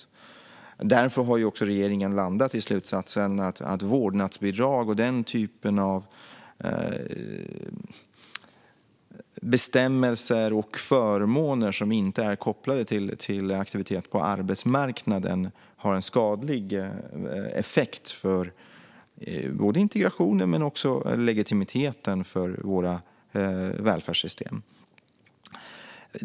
Regeringen har därför landat i slutsatsen att vårdnadsbidrag och den typen av bestämmelser och förmåner som inte är kopplade till aktivitet på arbetsmarknaden har en skadlig effekt på både integrationen och legitimiteten för våra välfärdssystem.